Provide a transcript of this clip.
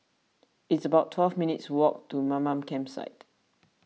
it's about twelve minutes' walk to Mamam Campsite